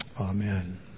Amen